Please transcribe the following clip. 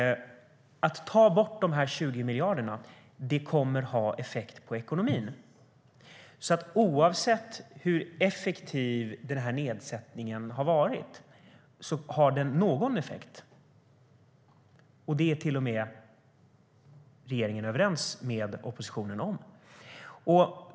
Att ta bort de 20 miljarderna kommer att ha effekt på ekonomin. Oavsett hur effektiv denna nedsättning har varit har den i alla fall haft någon effekt, och det är regeringen överens med oppositionen om.